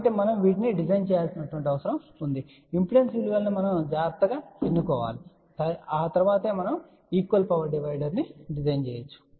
కాబట్టి మనము వీటిని డిజైన్ చేయాల్సిన అవసరం ఉంది ఇంపిడెన్స్ విలువలను జాగ్రత్తగా ఎన్నుకోవాలి తద్వారా మనం ఈక్వల్ పవర్ డివైడర్ను డిజైన్ చేయవచ్చు